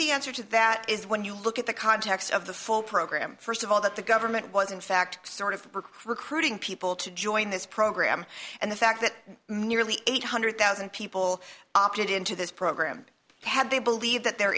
to that is when you look at the context of the full program first of all that the government was in fact sort of recruiting people to join this program and the fact that nearly eight hundred thousand people opted into this program had they believe that their